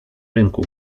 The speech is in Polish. rynku